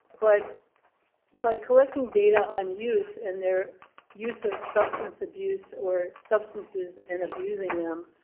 but by collecting data on youth and their use of substance abuse or substances and abusing them,